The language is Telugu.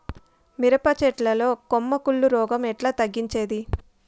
మిరప చెట్ల లో కొమ్మ కుళ్ళు రోగం ఎట్లా తగ్గించేది?